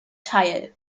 teil